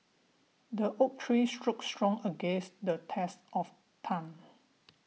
the oak tree stood strong against the test of time